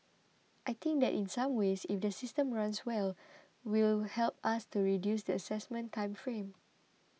I think that in some ways if the system runs well will help us to reduce the assessment time frame